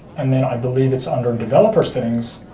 and then i believe it's under developer settings,